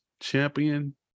champion